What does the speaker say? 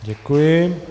Děkuji.